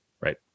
right